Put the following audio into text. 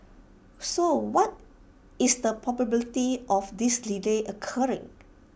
so what is the probability of this delay occurring